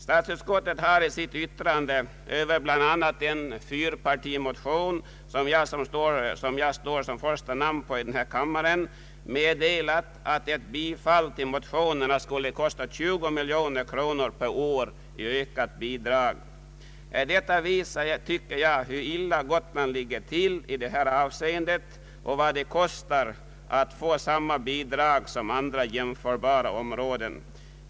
Statsutskottet har i sitt yttrande över bl.a. en fyrpartimotion, där jag står såsom första namn i denna kammare, meddelat att ett bifall till motionen skulle kosta 29 miljoner kronor per år i ökat bidrag. Detta visar, tycker jag, hur illa Gotland ligger till i detta avseende och vad det kostar att få samma bidrag som andra jämförbara områden.